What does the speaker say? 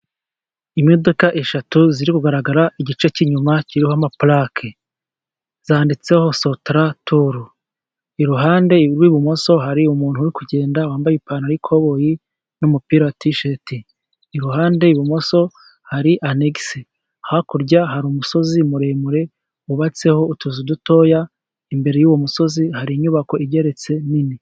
Imodoka eshatu ziri kugaragara igice cy'inyuma, kiriho palake zanditseho sotraturu, iruhande rw'ibumoso hari umuntu uri kugenda wambaye ipantaro y'ikoboyi, n'umupira wa tishati iruhande rw'ibumoso hari anegisi, hakurya hari umusozi muremure wubatseho utuzu dutoya, imbere y'uwo musozi hari inyubako igeretse nini.